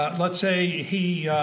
ah let's say he,